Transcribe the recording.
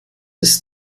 ist